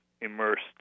immersed